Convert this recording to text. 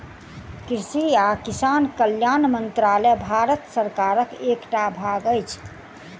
कृषि आ किसान कल्याण मंत्रालय भारत सरकारक एकटा भाग अछि